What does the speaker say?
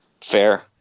Fair